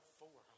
four